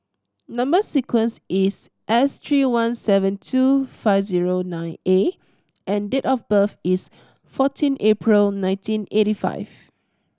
number sequence is S three one seven two five zero nine A and date of birth is fourteen April nineteen eighty five